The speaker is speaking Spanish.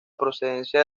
procedencia